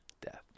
death